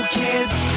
kids